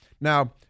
Now